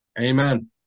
Amen